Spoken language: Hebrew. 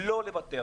לא לוותר.